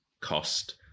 cost